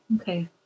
okay